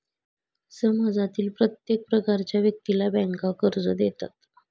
समाजातील प्रत्येक प्रकारच्या व्यक्तीला बँका कर्ज देतात